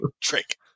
trick